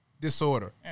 disorder